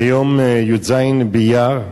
ביום י"ז באייר,